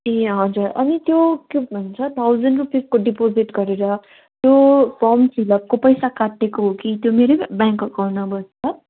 ए हजुर अनि त्यो के भन्छ थाउजन्ड रुपिजको डिपोजिट गरेर त्यो फर्म फिलअपको पैसा काटिएको हो कि त्यो मेरै ब्याङ्क अकाउन्टमा बस्छ